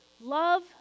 Love